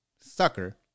sucker